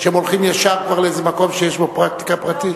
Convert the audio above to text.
שהם כבר הולכים ישר למקום שיש בו פרקטיקה פרטית?